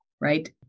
right